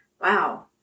Wow